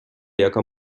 яка